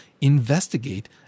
investigate